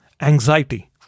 anxiety